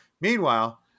meanwhile